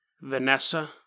Vanessa